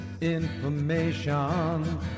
information